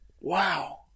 Wow